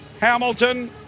Hamilton